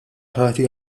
ħati